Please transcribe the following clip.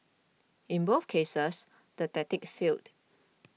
in both cases the tactic failed